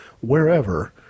wherever